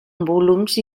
volums